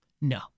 no